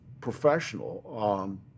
professional